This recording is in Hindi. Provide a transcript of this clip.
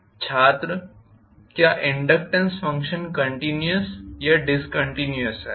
छात्र क्या इनडक्टेन्स फंक्शन कंटिन्युवस या डिसकंटिन्युवस है